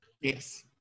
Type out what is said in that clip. Yes